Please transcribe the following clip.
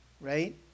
Right